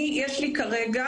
לי יש כרגע,